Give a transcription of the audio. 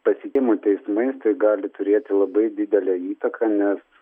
pasitikėjimui teismais tai gali turėti labai didelę įtaką nes